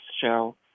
show